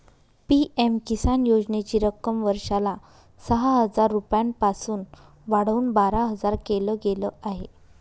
PM Kisan योजनेची रक्कम वर्षाला सहा हजार रुपयांपासून वाढवून बारा हजार केल गेलं आहे